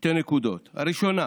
שתי נקודות: הראשונה